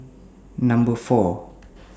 Number four